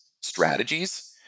strategies